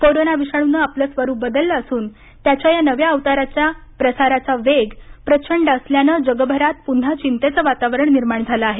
corona विषाणूनं आपलं स्वरूप बदललं असून त्याच्या या नव्या अवताराच्या प्रसाराचा वेग प्रचंड असल्यानं जगभरात पुन्हा चिंतेचं वातावरण निर्माण झालं आहे